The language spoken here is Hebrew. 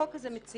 שהחוק הזה מציג.